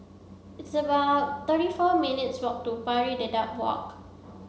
it's about thirty four minutes' walk to Pari Dedap Walk